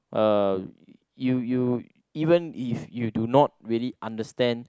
uh you you even if you do not really understand